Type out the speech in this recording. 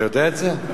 אתה יודע את זה?